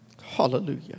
Hallelujah